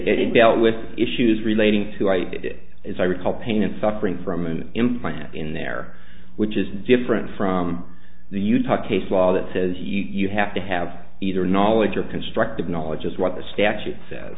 dealt with issues relating to i did as i recall pain and suffering from an implant in there which is different from the utah case law that says you have to have either knowledge or constructive knowledge just what the statute says